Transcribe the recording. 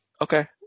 Okay